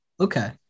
Okay